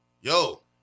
yo